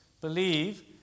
believe